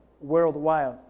worldwide